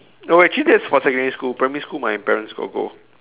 oh wait actually that's for secondary school primary school my parents got go